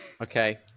Okay